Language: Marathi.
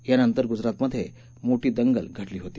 यानंतर गुजरातमध्ये मोठी दंगल घडली होती